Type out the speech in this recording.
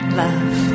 love